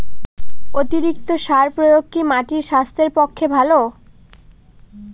অতিরিক্ত সার প্রয়োগ কি মাটির স্বাস্থ্যের পক্ষে ভালো?